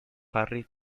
harry